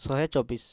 ଶହେ ଚବିଶ